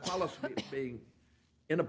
policy in a